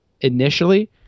initially